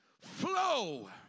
flow